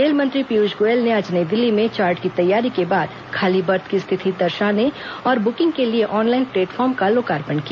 rail मंत्री पीयूष गोयल ने आज नई दिल्ली में चार्ट की तैयारी के बाद खाली बर्थ की रिथिति दर्शाने और बुकिंग के लिए ऑनलाइन प्लेटफॉर्म का लोकार्पण किया